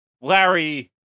Larry